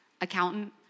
accountant